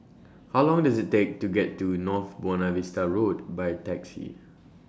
How Long Does IT Take to get to North Buona Vista Road By Taxi